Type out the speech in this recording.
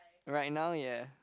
right now ya